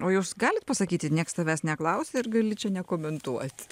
o jūs galit pasakyti nieks tavęs neklausia ir gali čia nekomentuoti